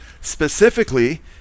specifically